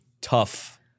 tough